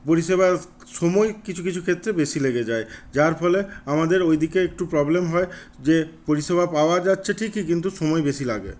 পরিষেবার সময় কিছু কিছু ক্ষেত্রে বেশি লেগে যায় যার ফলে আমাদের ওই দিকে একটু প্রবলেম হয় যে পরিষেবা পাওয়া যাচ্ছে ঠিকই কিন্তু সময় বেশি লাগে